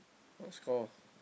what score